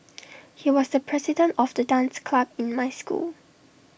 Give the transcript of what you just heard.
he was the president of the dance club in my school